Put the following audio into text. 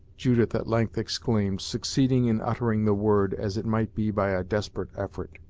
judith at length exclaimed, succeeding in uttering the word, as it might be by a desperate effort.